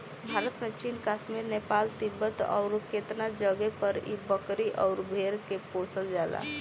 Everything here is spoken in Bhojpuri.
भारत में कश्मीर, चीन, नेपाल, तिब्बत अउरु केतना जगे पर इ बकरी अउर भेड़ के पोसल जाला